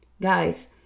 guys